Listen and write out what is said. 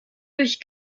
durch